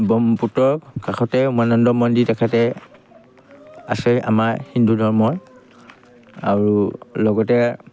ব্ৰহ্মপুত্ৰৰ কাষতে উমানন্দ মন্দিৰ তেখেতে আছে আমাৰ হিন্দু ধৰ্মৰ আৰু লগতে